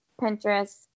Pinterest